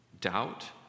doubt